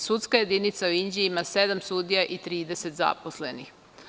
Sudska jedinica u Inđiji ima sedam sudija i 30 zaposlenih.